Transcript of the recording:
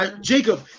Jacob